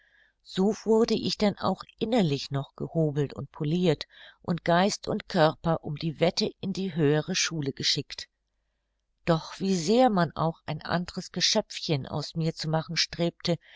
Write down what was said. so wurde ich denn auch innerlich noch gehobelt und polirt und geist und körper um die wette in die höhere schule geschickt doch wie sehr man auch ein andres geschöpfchen aus mir zu machen strebte